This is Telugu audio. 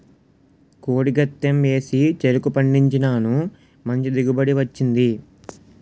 కోడి గెత్తెం ఏసి చెరుకు పండించినాను మంచి దిగుబడి వచ్చింది